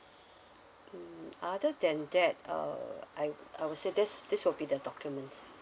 mm other than that uh I I would say this this will be the documents